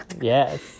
Yes